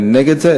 אני נגד זה,